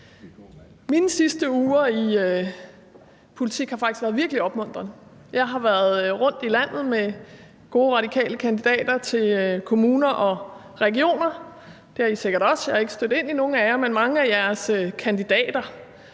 Mine sidste uger i politik har faktisk været virkelig opmuntrende, for jeg har været rundt i landet med gode radikale kandidater i kommuner og regioner. Det har I sikkert også. Jeg er ikke stødt ind i nogen af jer, men i mange af jeres kandidater,